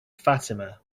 fatima